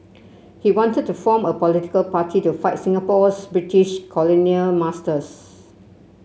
he wanted to form a political party to fight Singapore's British colonial masters